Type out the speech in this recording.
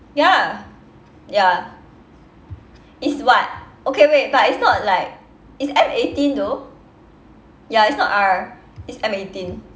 ya ya it's what okay wait but it's not like it's M eighteen though ya it's not R it's M eighteen